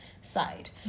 side